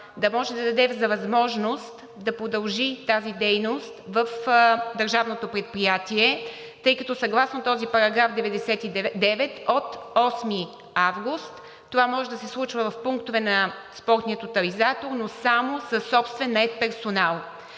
да може да даде възможност да продължи тази дейност в държавното предприятие, тъй като съгласно този § 99 от 8 август това може да се случва в пунктове на Спортния тотализатор, но само със собствен нает персонал.